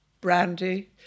brandy